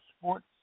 sports